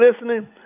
listening